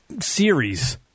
series